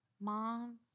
Mom